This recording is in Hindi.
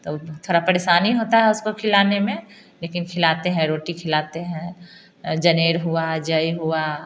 थोड़ा परेशानी होता है उसको खिलाने में लेकिन खिलाते हैं रोटी खिलतें हैं जानेर हुआ जौ हुआ